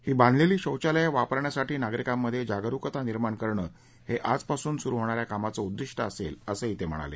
ही बांधलेली शौचालयं वापरण्यासाठी नागरिकांमध्ये जागरुकता निर्माण करणं हे आजपासून सुरु होणाऱ्या कामाचं उद्दिष्ट असेल असंही ते म्हणाले